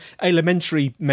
elementary